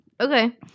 Okay